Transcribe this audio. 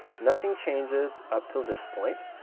nothing changes up till this point.